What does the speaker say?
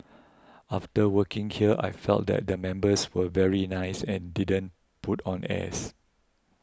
after working here I felt that the members were very nice and didn't put on airs